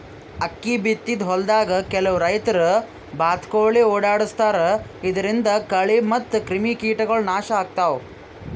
ಅಕ್ಕಿ ಬಿತ್ತಿದ್ ಹೊಲ್ದಾಗ್ ಕೆಲವ್ ರೈತರ್ ಬಾತ್ಕೋಳಿ ಓಡಾಡಸ್ತಾರ್ ಇದರಿಂದ ಕಳಿ ಮತ್ತ್ ಕ್ರಿಮಿಕೀಟಗೊಳ್ ನಾಶ್ ಆಗ್ತಾವ್